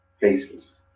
faces